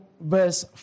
verse